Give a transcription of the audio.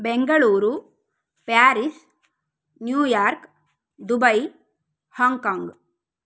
Bengaluru Paris New York Dubai Hong Kong